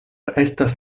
estas